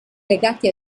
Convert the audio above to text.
legati